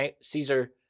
Caesar